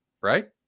right